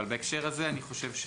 אבל בהקשר הזה אני חושב,